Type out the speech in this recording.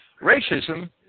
Racism